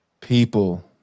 People